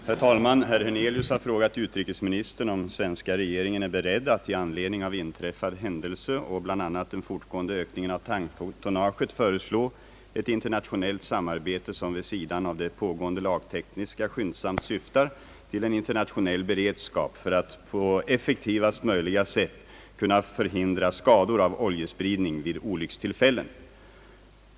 Herr talman! Herr Hernelius har frågat utrikesministern om svenska regeringen är beredd att — i anledning av inträffad händelse och bl.a. den fortgående ökningen av tanktonnaget — föreslå ett internationellt samarbete som, vid sidan av det pågående lagtekniska, skyndsamt syftar till en internationell beredskap för att på effektivast möjliga sätt kunna förhindra skador av oljespridning vid olyckstillfällen.